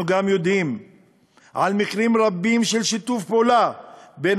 אנחנו גם יודעים על מקרים רבים של שיתוף פעולה בין